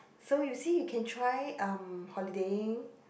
so you see you can try um holidaying